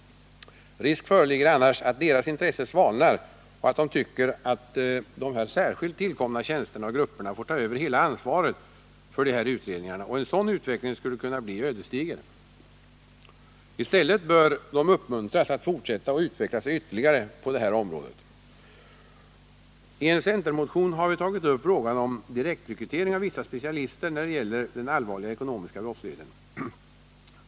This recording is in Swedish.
Risk föreligger annars att deras intresse svalnar och att de tycker att de särskilt tillkomna tjänsterna och grupperna får ta över hela ansvaret för utredningarna. En sådan utveckling skulle kunna bli ödesdiger. I stället bör de uppmuntras att fortsätta och utveckla sig ytterligare på detta område. I en centermotion har vi tagit upp frågan om direktrekrytering av vissa specialister när det gäller den allvarliga ekonomiska brottsligheten.